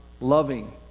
loving